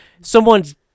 someone's